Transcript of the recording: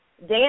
Dan